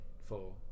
four